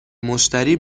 مشتری